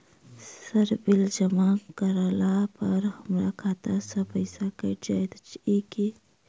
Sir bill जमा करला पर हमरा खाता सऽ पैसा कैट जाइत ई की?